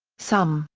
some,